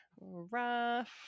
rough